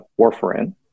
warfarin